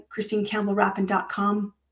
christinecampbellrappin.com